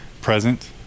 present